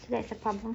so that's the problem